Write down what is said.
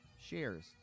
shares